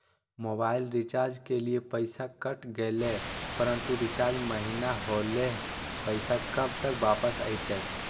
Mobile recharge के लिए पैसा कट गेलैय परंतु रिचार्ज महिना होलैय, पैसा कब तक वापस आयते?